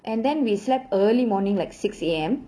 and then we slept early morning like six A_M